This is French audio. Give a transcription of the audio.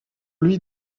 lui